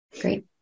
Great